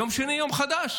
יום שני יום חדש.